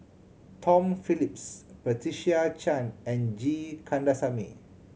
Tom Phillips Patricia Chan and G Kandasamy